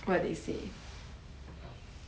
compare compare